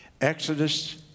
Exodus